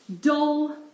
dull